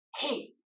hey